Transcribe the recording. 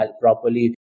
properly